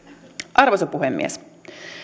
arvoisa puhemies